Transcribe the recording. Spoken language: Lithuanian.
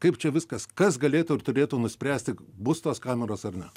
kaip čia viskas kas galėtų ir turėtų nuspręsti bus tos kameros ar ne